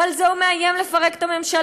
ועל זה הוא מאיים לפרק את הממשלה,